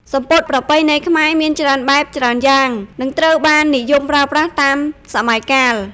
សំពត់ប្រពៃណីខ្មែរមានច្រើនបែប ច្រើនយ៉ាង និងត្រូវបាននិយមប្រើប្រាស់តាមសម័យកាល។